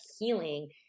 healing